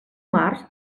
març